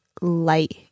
light